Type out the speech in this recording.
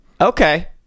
okay